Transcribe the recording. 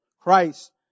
Christ